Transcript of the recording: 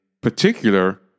particular